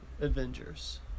Avengers